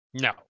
No